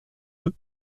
deux